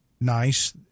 nice